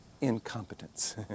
incompetence